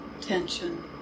tension